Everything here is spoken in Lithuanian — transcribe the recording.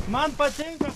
man patinka